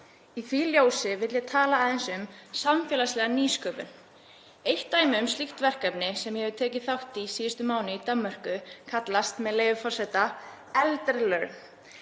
Í því ljósi vil ég tala aðeins um samfélagslega nýsköpun. Eitt dæmi um slíkt verkefni sem ég hef tekið þátt í síðustu mánuði í Danmörku kallast, með leyfi forseta, Elderlearn.